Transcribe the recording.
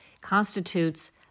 constitutes